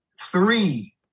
three